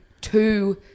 two